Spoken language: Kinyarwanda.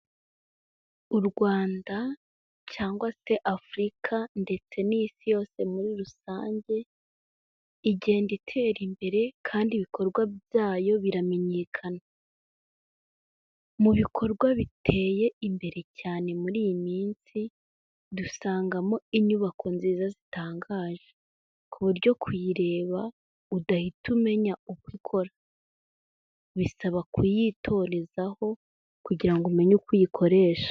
U Rwanda cyangwa se Afurika ndetse n'isi yose muri rusange igenda itera imbere kandi ibikorwa byayo biramenyekana. Mu bikorwa biteye imbere cyane muri iyi minsi dusangamo inyubako nziza zitangaje, ku buryo kuyireba udahita umenya uko ikora. Bisaba kuyitorezaho kugira ngo umenye uko uyikoresha.